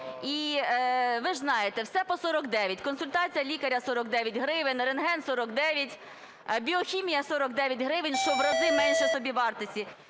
І ви ж знаєте, все по 49: консультація лікаря – 49 гривень, рентген – 49, біохімія – 49 гривень, - що в рази менше собівартості.